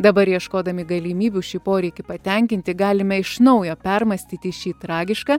dabar ieškodami galimybių šį poreikį patenkinti galime iš naujo permąstyti šį tragišką